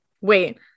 wait